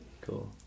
Cool